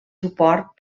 suport